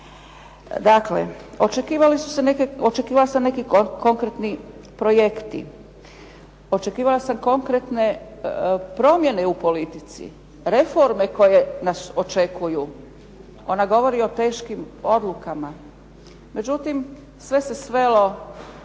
Dakle očekivala sam neki konkretni projekti, očekivala sam neke konkretne promjene u politici, reforme koje nas očekuju, ona govori o teškim odlukama. Međutim, sve se svelo